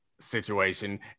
situation